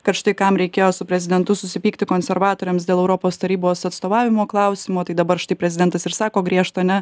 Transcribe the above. kad štai kam reikėjo su prezidentu susipykti konservatoriams dėl europos tarybos atstovavimo klausimo tai dabar štai prezidentas ir sako griežtą ne